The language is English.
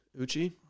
Uchi